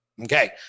Okay